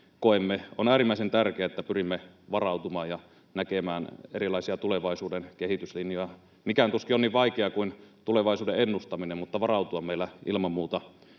koemme. On äärimmäisen tärkeää, että pyrimme varautumaan ja näkemään erilaisia tulevaisuuden kehityslinjoja. Mikään tuskin on niin vaikeaa kuin tulevaisuuden ennustaminen, mutta varautua meidän ilman muuta